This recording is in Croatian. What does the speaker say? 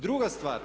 Druga stvar.